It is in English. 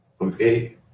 Okay